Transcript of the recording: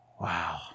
wow